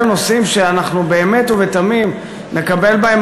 אלה נושאים שאנחנו באמת ובתמים נקבל בהם